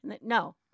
No